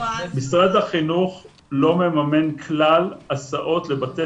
משרד החינוך לא מממן כלל הסעות לבתי